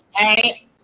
right